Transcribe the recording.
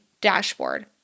dashboard